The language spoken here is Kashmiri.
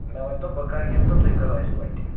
مےٚ ؤنۍتو بہٕ کر یِمہٕ تہٕ تُہۍ کر ٲسِو اَتہِ